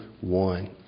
one